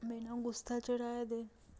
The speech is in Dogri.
बिना गुस्सा चढ़ाए दे